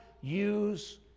use